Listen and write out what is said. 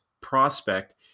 prospect